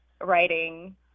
writing